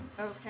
Okay